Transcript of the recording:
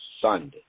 Sunday